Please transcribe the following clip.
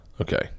okay